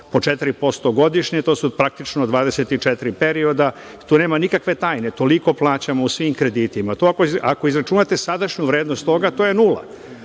po 4% godišnje, to su praktično 24 perioda. Tu nema nikakve tajne, toliko plaćamo u svim kreditima. Ako izračunate sadašnju vrednost toga to je 0,